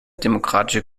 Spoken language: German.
demokratische